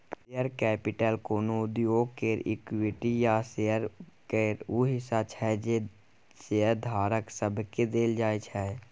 share capital कोनो उद्योग केर इक्विटी या शेयर केर ऊ हिस्सा छै जे शेयरधारक सबके देल जाइ छै